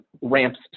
ramps